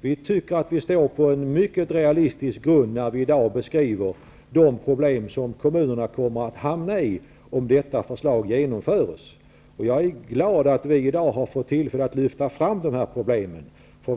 Vi tycker att vi står på en mycket realistisk grund när vi i dag beskriver de problem som kommunerna kommer att hamna i om detta förslag genomförs. Jag är glad över att vi i dag har fått tillfälle att lyfta fram de problemen.